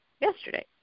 yesterday